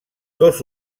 dos